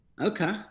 Okay